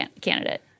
candidate